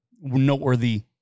noteworthy